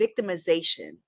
victimization